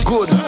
Good